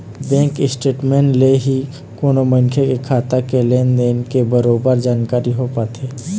bank statement ले ही कोनो मनखे के खाता के लेन देन के बरोबर जानकारी हो पाथे